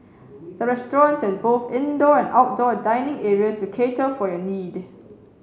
the restaurant has both indoor and outdoor dining areas to cater for your need